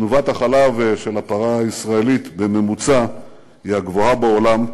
תנובת החלב של הפרה הישראלית בממוצע היא הגבוהה בעולם,